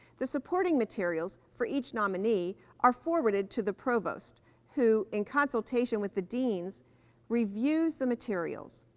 the supporting materials for each nominee are forwarded to the provost who in consultation with the deans reviews the materials.